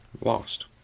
Lost